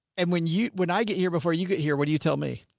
and when you, when i get here before you get here, what do you tell me?